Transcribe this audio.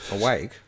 awake